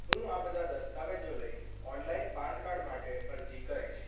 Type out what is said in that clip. હું આ બધા દસ્તાવેજો લઈ ઓનલાઈન પાન કાર્ડ માટે અરજી કરીશ